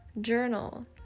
journal